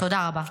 תודה רבה.